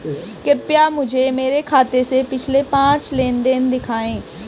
कृपया मुझे मेरे खाते से पिछले पांच लेनदेन दिखाएं